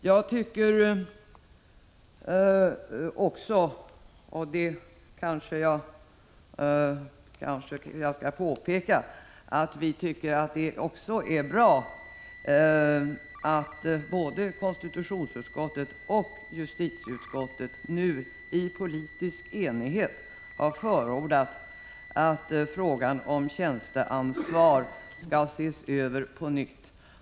Jag kanske skall påpeka att vi också tycker att det är bra att både konstitutionsutskottet och justitieutskottet nu i politisk enighet har förordat att frågan om tjänsteansvar skall ses över på nytt.